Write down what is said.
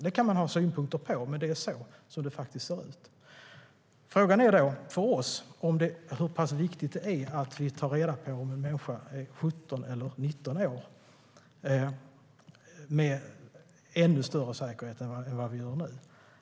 Det kan man ha synpunkter på, men det är så det ser ut. Frågan är då för oss hur pass viktigt det är att vi tar reda på om en människa är 17 eller 19 år med ännu större säkerhet än vad vi gör nu.